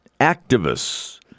activists